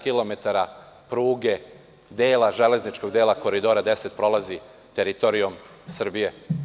Kilometara 767 pruge dela, železničkog dela Koridora 10 prolazi teritorijom Srbije.